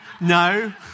No